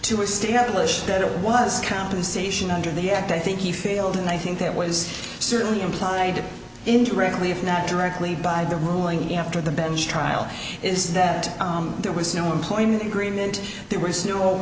to establish that it was compensation under the act i think he failed and i think that was certainly implied it indirectly if not directly by the ruling after the bench trial is that there was no employment agreement the